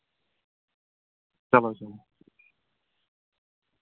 چلو اَچھا